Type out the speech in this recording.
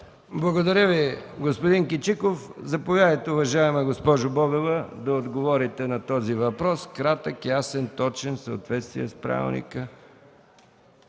Благодаря, господин Кичиков. Заповядайте, уважаема госпожо Бобева, да отговорите на този въпрос – кратък, ясен, точен, в съответствие с правилника.